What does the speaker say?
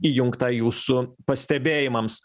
įjungta jūsų pastebėjimams